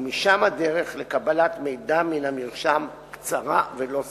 ומשם הדרך לקבלת מידע מן המרשם קצרה ולא סבוכה.